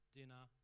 dinner